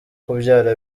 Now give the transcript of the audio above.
kubyara